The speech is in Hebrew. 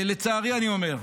לצערי, אני אומר,